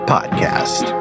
Podcast